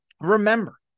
Remember